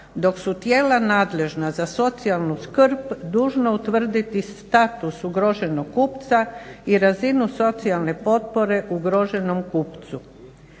dok su tijela nadležna za socijalnu skrb dužna utvrditi status ugroženog kupca i razinu socijalne potpore ugroženom kupcu.